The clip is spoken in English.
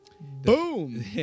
Boom